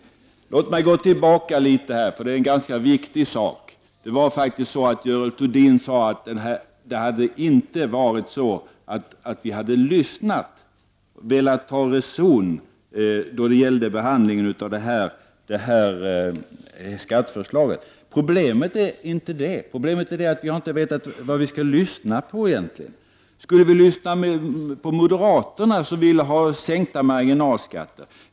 Låt mig återgå till en viktig fråga. Görel Thurdin sade att vi inte hade velat ta reson när det gäller behandlingen av skatteförslaget. Problemet är inte det, utan att vi inte har vetat vem vi skulle lyssna på. Skulle vi ha lyssnat på moderaterna som ville ha sänkta marginalskatter?